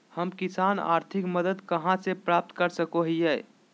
हम किसान आर्थिक मदत कहा से प्राप्त कर सको हियय?